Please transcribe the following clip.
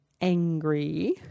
angry